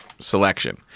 selection